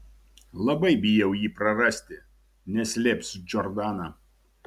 labai bijau jį prarasti neslėps džordana